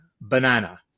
banana